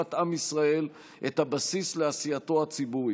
ולאהבת עם ישראל את הבסיס לעשייתו הציבורית.